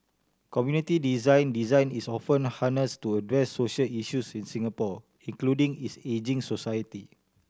community design Design is often harnessed to address social issues in Singapore including its ageing society